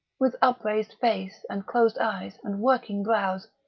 with upraised face and closed eyes and working brows,